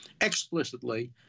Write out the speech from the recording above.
Explicitly